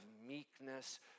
meekness